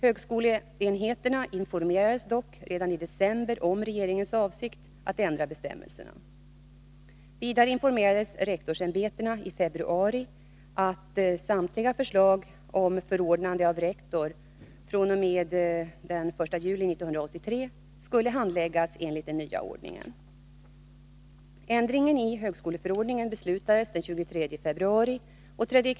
Högskoleenheterna informerades dock redan i december om regeringens avsikt att ändra bestämmelserna. Vidare informerades rektorsämbetena i februari att samtliga förslag om förordnande av rektor fr.o.m. den 1 juli 1983 skulle handläggas enligt den nya ordningen.